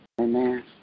Amen